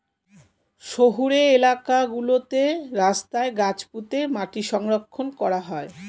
শহুরে এলাকা গুলোতে রাস্তায় গাছ পুঁতে মাটি সংরক্ষণ করা হয়